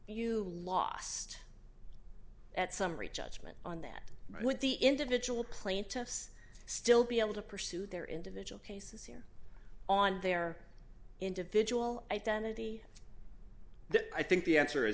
you lost at summary judgment on that with the individual plaintiffs still be able to pursue their individual cases here on their individual identity that i think the answer is